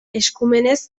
eskumenez